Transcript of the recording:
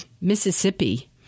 Mississippi